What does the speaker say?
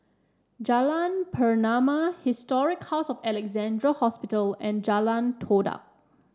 Jalan Pernama Historic House of Alexandra Hospital and Jalan Todak